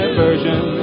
version